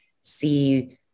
see